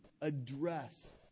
address